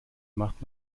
macht